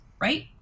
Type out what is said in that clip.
right